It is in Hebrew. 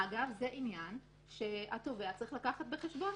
אגב, זה עניין שהתובע צריך לקחת בחשבון.